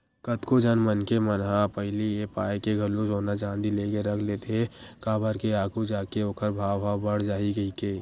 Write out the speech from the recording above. कतको झन मनखे मन ह पहिली ए पाय के घलो सोना चांदी लेके रख लेथे काबर के आघू जाके ओखर भाव ह बड़ जाही कहिके